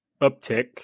uptick